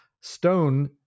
Stone